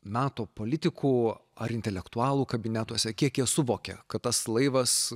meto politikų ar intelektualų kabinetuose kiek jie suvokė kad tas laivas